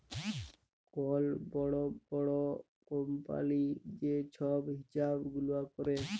call বড় বড় কম্পালির যে ছব হিছাব গুলা ক্যরে